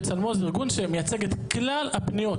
בצלמו זה ארגון שמייצג את כלל הפניות,